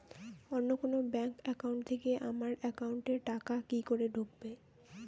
অন্য কোনো bank account থেকে আমার একাউন্ট এ টাকা কি করে ঢুকবে?